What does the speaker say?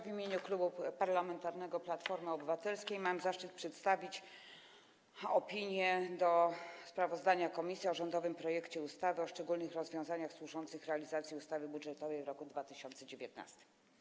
W imieniu Klubu Parlamentarnego Platforma Obywatelska mam zaszczyt przedstawić opinię odnośnie do sprawozdania komisji o rządowym projekcie ustawy o szczególnych rozwiązaniach służących realizacji ustawy budżetowej w roku 2019.